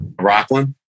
Rockland